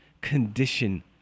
condition